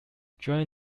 during